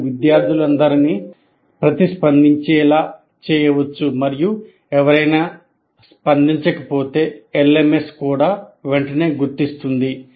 మీరు విద్యార్థులందరినీ ప్రతిస్పందించేలా చేయవచ్చు మరియు ఎవరైనా స్పందించకపోతే LMS కూడా వెంటనే గుర్తిస్తుంది